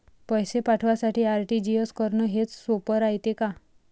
पैसे पाठवासाठी आर.टी.जी.एस करन हेच सोप रायते का?